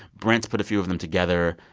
brent put a few of them together.